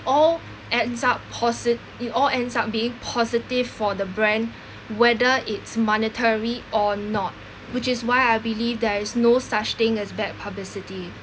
all ends up posi~ it all ends up being positive for the brand whether it's monetary or not which is why I believe there is no such thing as bad publicity